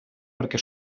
perquè